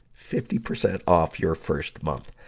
fifty percent off your first month.